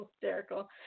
hysterical